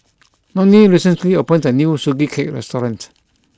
Nonie recently opened a new Sugee Cake restaurant